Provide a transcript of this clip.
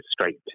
straight